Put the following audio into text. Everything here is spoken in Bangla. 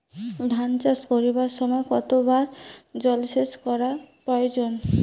ধান চাষ করিবার সময় কতবার জলসেচ করা প্রয়োজন?